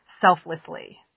selflessly